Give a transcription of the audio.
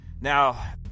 Now